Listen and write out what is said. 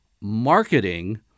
marketing